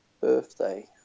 birthday